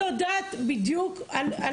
אני יודעת בדיוק --- את